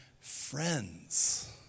friends